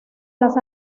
las